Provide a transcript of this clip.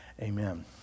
amen